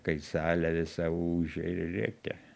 kai salė visa ūžia ir rėkia